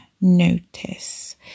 notice